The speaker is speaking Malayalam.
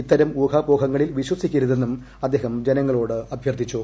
ഇത്തരം ഊഹാപോഹങ്ങളിൽ ശ്രദ്ധ് വിശ്വസിക്കരുതെന്നും അദ്ദേഹം ജനങ്ങളോട് അഭ്യർത്ഥിച്ചു